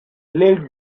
led